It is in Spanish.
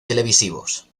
televisivos